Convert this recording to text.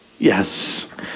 Yes